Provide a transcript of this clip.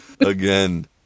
Again